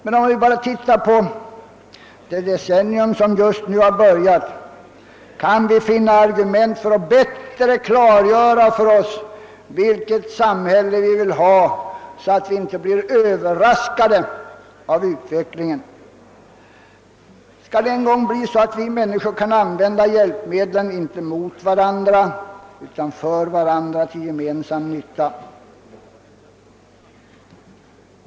Men om vi bara ser på det decennium som just har börjat, kan vi finna argument för att bättre klargöra för oss vilket samhälle vi vill ha, så att vi inte blir överraskade av utvecklingen. Skall det en gång bli så att vi människor kan använda hjälpmedlen inte mot varandra, utan för varandra, till gemensam nytta?